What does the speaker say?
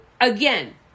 again